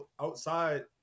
outside